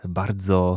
bardzo